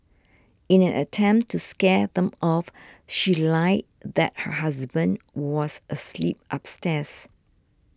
in an attempt to scare them off she lied that her husband was asleep upstairs